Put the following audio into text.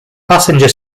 passenger